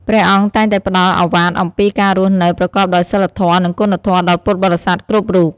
ព្រះអង្គតែងតែផ្ដល់ឱវាទអំពីការរស់នៅប្រកបដោយសីលធម៌ និងគុណធម៌ដល់ពុទ្ធបរិស័ទគ្រប់រូប។